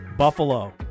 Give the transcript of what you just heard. Buffalo